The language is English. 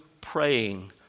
praying